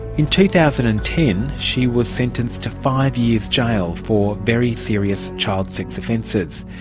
in two thousand and ten she was sentenced to five years jail for very serious child sex offences.